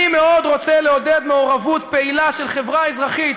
אני מאוד רוצה לעודד מעורבות פעילה של חברה אזרחית,